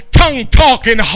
tongue-talking